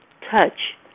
touch